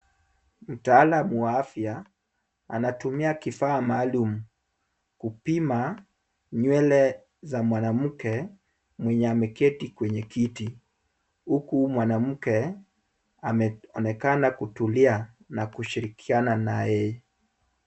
Mtaalam wa afya anatumia kifaa maalum kupima nywele za mwanamke mwenye ameketi kwenye kiti, huku mwanamke ameonekana kutulia na kushirikiana naye.